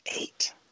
Eight